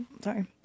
sorry